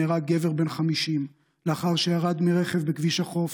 נהרג גבר בן 50 לאחר שירד מרכב בכביש החוף.